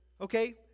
okay